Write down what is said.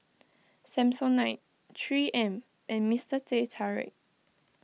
Samsonite three M and Mister Teh Tarik